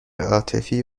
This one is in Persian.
عاطفی